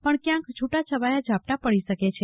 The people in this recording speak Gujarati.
પણ ક્યાંક છુટા છવાયા ઝાપટા પડી શકે છે